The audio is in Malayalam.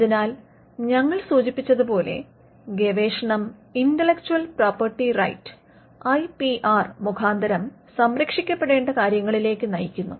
അതിനാൽ ഞങ്ങൾ സൂചിപ്പിച്ചതുപോലെ ഗവേഷണം intellectual property right I P R മുഖാന്തരം സംരക്ഷിക്കപ്പെടേണ്ട കാര്യങ്ങളിലേക്ക് നയിക്കുന്നു